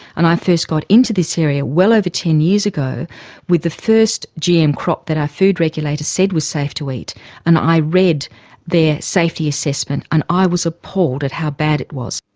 and i first got into this area area well over ten years ago with the first gm crop that our food regulator said was safe to eat and i read their safety assessment and i was appalled at how bad it was.